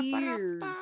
years